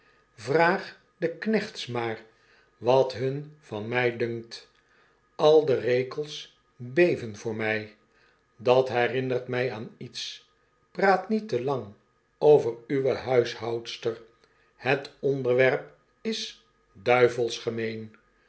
den knechts maar wat hun van mj dunkt al de rekels beven voor mij dat herinnert my aan iets praat niet te lang over uwe huishoudster het onderwerp is